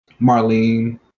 Marlene